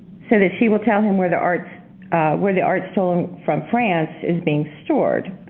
so that she will tell him where the arts where the arts stolen from france is being stored.